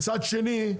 מצד שני,